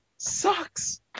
Sucks